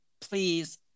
please